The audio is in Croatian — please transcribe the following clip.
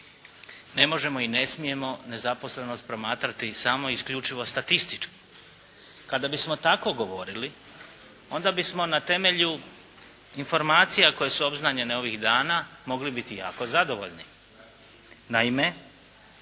ne možemo i ne smijemo nezaposlenost promatrati samo i isključivo statistički. Kada bismo tako govorili onda bismo na temelju informacija koje su obznanjene ovih dana mogli biti jako zadovoljni. Naime,